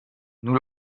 nous